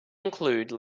include